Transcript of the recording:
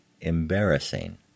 embarrassing